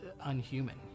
unhuman